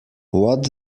what